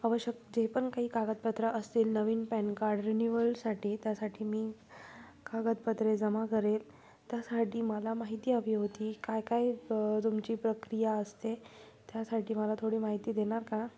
आवश्यक जे पण काही कागदपत्र असतील नवीन पॅन कार्ड रिन्यूअलसाठी त्यासाठी मी कागदपत्रे जमा करेल त्यासाठी मला माहिती हवी होती काय काय तुमची प्रक्रिया असते त्यासाठी मला थोडी माहिती देणार का